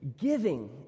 ...giving